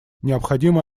необходимо